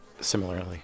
similarly